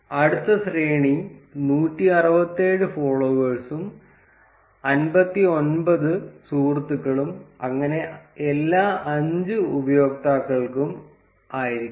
അടുത്ത ശ്രേണി 167 ഫോളോവേഴ്സും 59 സുഹൃത്തുക്കളും അങ്ങനെ എല്ലാ 5 ഉപയോക്താക്കൾക്കും ആയിരിക്കും